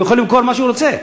הוא יכול למכור מה שהוא רוצה.